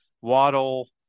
Waddle